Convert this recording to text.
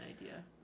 idea